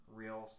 real